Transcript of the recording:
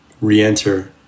re-enter